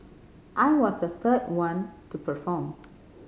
I was the third one to perform